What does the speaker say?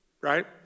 right